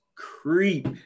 Creep